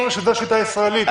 זאת השיטה הישראלית,